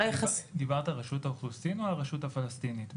דיברת על רשות האוכלוסין או הרשות הפלסטינית,